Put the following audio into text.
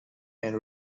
and